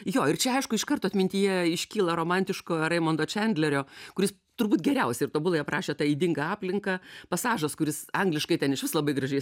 jo ir čia aišku iš karto atmintyje iškyla romantiško raimondo čandlerio kuris turbūt geriausiai ir tobulai aprašė tą ydingą aplinką pasažas kuris angliškai ten išvis labai gražiai